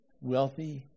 wealthy